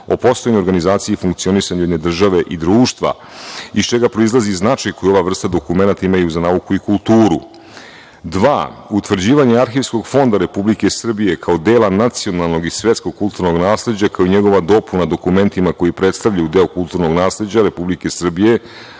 o postojanju, organizaciji i funkcionisanju jedne države i društva iz čega proizilazi i značaj koju ova vrsta dokumenata imaju za nauku i kulturu. Dva, utvrđivanje arhivskog fonda Republike Srbije kao dela nacionalnog i svetskog kulturnog nasleđa, kao i njegova dopuna dokumentima koji predstavljaju delo kulturnog nasleđa Republike Srbije,